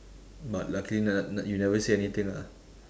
but lucky ne~ n~ you never see anything ah